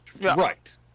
Right